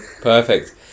perfect